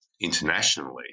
internationally